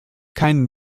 keinen